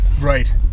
Right